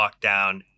lockdown